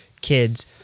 kids